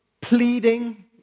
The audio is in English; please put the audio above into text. pleading